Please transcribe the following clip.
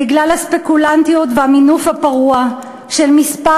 בגלל הספקולנטיות והמינוף הפרוע של מספר